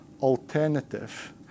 alternative